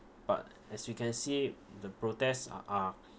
but as you can see the protest a~ are